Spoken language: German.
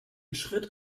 schritt